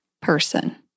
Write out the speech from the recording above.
person